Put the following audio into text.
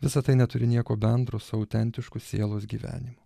visa tai neturi nieko bendro su autentišku sielos gyvenimu